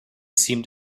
seemed